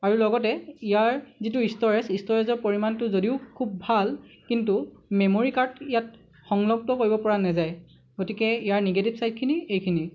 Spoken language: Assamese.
আৰু লগতে ইয়াৰ যিটো ষ্টৰেজ ষ্টৰেজৰ পৰিমাণটো যদিও খুব ভাল কিন্তু মেমৰী কাৰ্ড ইয়াত সংলগ্ন কৰিব পৰা নেযায় গতিকে ইয়াৰ নিগেটিভ চাইডখিনি এইখিনি